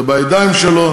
זה בידיים שלו,